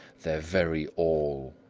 their very all.